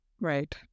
Right